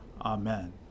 Amen